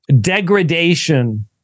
degradation